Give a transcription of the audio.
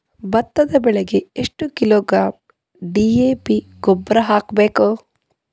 ಭತ್ತದ ಬೆಳಿಗೆ ಎಷ್ಟ ಕಿಲೋಗ್ರಾಂ ಡಿ.ಎ.ಪಿ ಗೊಬ್ಬರ ಹಾಕ್ಬೇಕ?